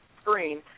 Screen